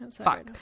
fuck